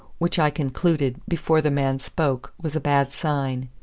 which i concluded, before the man spoke, was a bad sign.